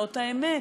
זאת האמת.